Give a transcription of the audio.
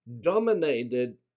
dominated